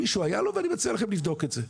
מישהו היה לו ואני מציע לכם לבדוק את זה.